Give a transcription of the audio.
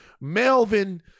Melvin